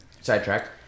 Sidetracked